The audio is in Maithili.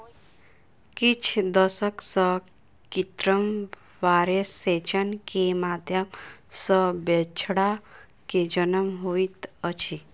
किछ दशक सॅ कृत्रिम वीर्यसेचन के माध्यम सॅ बछड़ा के जन्म होइत अछि